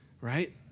right